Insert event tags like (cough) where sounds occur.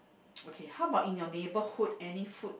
(noise) how about in your neighborhood any food